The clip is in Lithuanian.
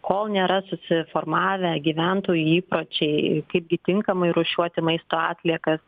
kol nėra susiformavę gyventojų įpročiai kaip gi tinkamai rūšiuoti maisto atliekas